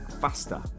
faster